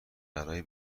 برای